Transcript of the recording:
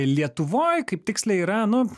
lietuvoj kaip tiksliai yra nu